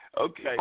Okay